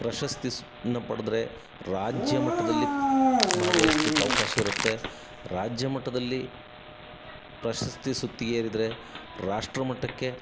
ಪ್ರಶಸ್ತಿನ ಪಡೆದ್ರೆ ರಾಜ್ಯಮಟ್ಟದಲ್ಲಿ ಭಾಗವಹಿಸ್ಲಿಕ್ಕೆ ಅವಕಾಶ ಇರುತ್ತೆ ರಾಜ್ಯ ಮಟ್ಟದಲ್ಲಿ ಪ್ರಶಸ್ತಿ ಸುತ್ತಿಗೇರಿದರೆ ರಾಷ್ಟ್ರ ಮಟ್ಟಕ್ಕೆ